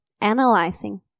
analyzing